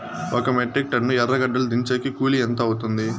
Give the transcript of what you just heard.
ఒక metric ton ఎర్రగడ్డలు దించేకి కూలి ఎంత అవుతుంది?